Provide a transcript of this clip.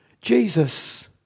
Jesus